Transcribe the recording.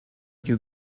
you